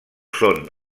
són